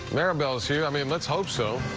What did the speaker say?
maribel is here. i mean let's hope so